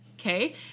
Okay